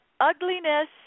ugliness